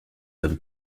comme